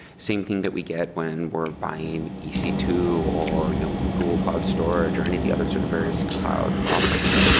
same thing that we get when we're buying e c two or you know google cloud storage or any of the other sort of various cloud offerings.